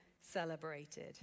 celebrated